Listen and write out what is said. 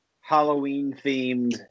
Halloween-themed